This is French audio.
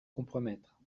compromettre